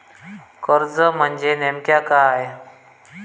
कर्ज म्हणजे नेमक्या काय?